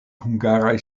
hungaraj